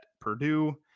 Purdue